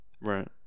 Right